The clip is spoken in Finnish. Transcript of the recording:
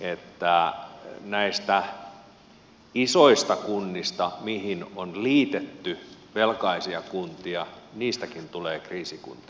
että näistä isoistakin kunnista mihin on liitetty velkaisia kuntia tulee kriisikuntia